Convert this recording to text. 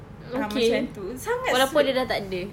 okay walaupun dia sudah tak ada